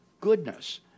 goodness